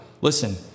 Listen